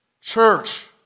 Church